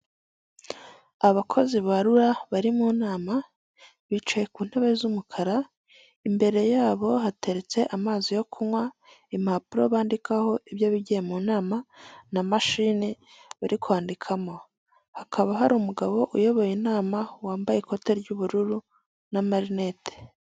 Umuntu uhagaze imbere y'imbaga y'abantu benshi, wambaye imyenda y'umukara. ufite indangururamajwi y'umukara, inyuma ye hakaba hari ikigega cy'umukara kijyamo amazi aturutse k'umureko w'inzu. N'inzu yubatse n'amatafari ahiye.